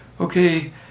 Okay